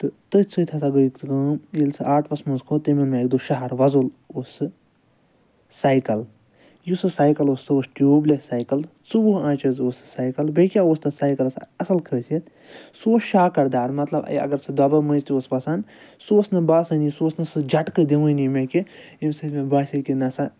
تہٕ تٔتھۍ سۭتۍ ہَسا گٔے کٲم ییٚلہِ سُہ آٹوَس مَنٛز کھوٚت تٔمۍ اوٚن مےٚ اَکہِ دۄہ شَہَر وۄزُل اوس سُہ سایکَل یُس سُہ سایکَل اوس سُہ اوس ٹیوٗب لٮ۪س سایکَل ژۄوُہ آنچہِ حظ اوس سُہ سایکَل بیٚیہِ کیاہ اوس تتھ سایکَلَس اصٕل خٲصیت سُہ اوس شاکَر دار مَطلَب اگر سُہ دۄبو مٔنٛزۍ تہِ اوس وَسان سُہ اوس نہٕ باسٲنی سُہ اوس نہٕ جَٹکہٕ دِوٲنی مےٚ کہِ ییٚمہِ سۭتۍ مےٚ باسے کہِ نَسا